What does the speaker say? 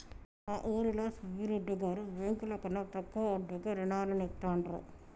మా ఊరిలో సుబ్బిరెడ్డి గారు బ్యేంకుల కన్నా తక్కువ వడ్డీకే రుణాలనిత్తండ్రు